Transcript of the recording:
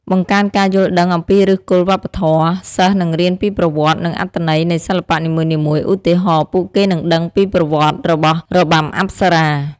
បង្កើនការយល់ដឹងអំពីឫសគល់វប្បធម៌ សិស្សនឹងរៀនពីប្រវត្តិ និងអត្ថន័យនៃសិល្បៈនីមួយៗឧទាហរណ៍ ពួកគេនឹងដឹងពីប្រវត្តិរបស់របាំអប្សរា។